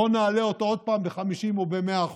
בואו נעלה אותו עוד פעם ב-50% או ב-100%,